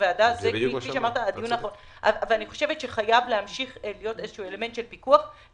אבל אני חושבת שחייב להמשיך להיות איזה שהוא אלמנט של פיקוח